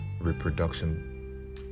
reproduction